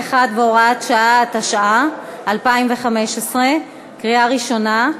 81 והוראת שעה), התשע"ה 2015, קריאה ראשונה,